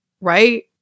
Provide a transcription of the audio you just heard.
right